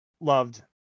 loved